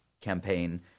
campaign